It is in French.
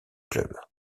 club